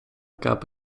gab